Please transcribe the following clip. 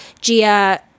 Gia